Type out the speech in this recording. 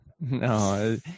No